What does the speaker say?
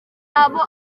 abo